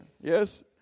Yes